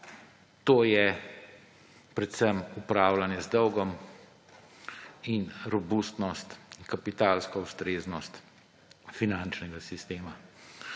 to je predvsem upravljanje z dolgom in robustnost, kapitalska ustreznost finančnega sistema.